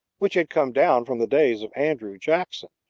which had come down from the days of andrew jackson,